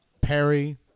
Perry